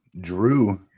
Drew